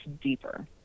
deeper